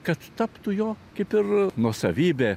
kad taptų jo kaip ir nuosavybe